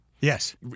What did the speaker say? yes